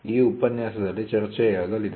ಈ ಉಪನ್ಯಾಸದಲ್ಲಿ ಚರ್ಚೆಯಾಗಲಿದೆ